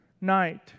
night